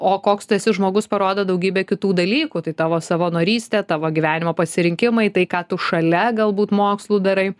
o koks tu esi žmogus parodo daugybė kitų dalykų tai tavo savanorystė tavo gyvenimo pasirinkimai tai ką tu šalia galbūt mokslų darai